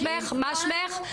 מה שמך ?